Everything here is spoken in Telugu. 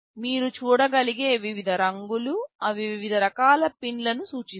మీరు చూడగలిగే వివిధ రంగులు అవి వివిధ రకాల పిన్లను సూచిస్తాయి